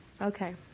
Okay